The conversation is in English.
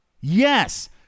Yes